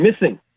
missing